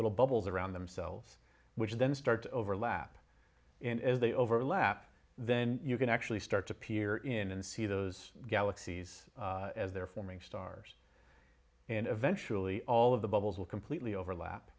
little bubbles around themselves which then start to overlap in as they overlap then you can actually start to peer in and see those galaxies as they're forming stars and eventually all of the bubbles will completely overlap